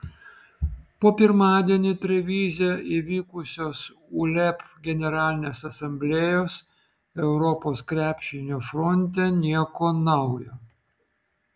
po pirmadienį trevize įvykusios uleb generalinės asamblėjos europos krepšinio fronte nieko naujo